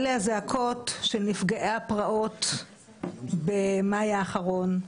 אלה הזעקות של נפגעי הפרעות במאי האחרון,